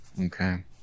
Okay